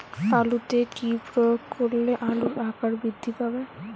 আলুতে কি প্রয়োগ করলে আলুর আকার বৃদ্ধি পাবে?